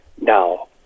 now